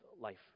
life